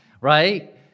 right